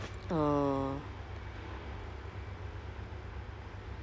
and most of my cousins semua kat malaysia so tengok dulu lah macam mana